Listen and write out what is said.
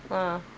ah